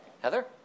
Heather